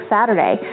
Saturday